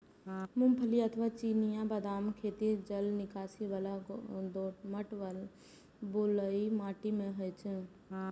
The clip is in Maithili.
मूंगफली अथवा चिनिया बदामक खेती जलनिकासी बला दोमट व बलुई माटि मे होइ छै